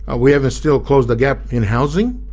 ah we haven't still closed the gap in housing.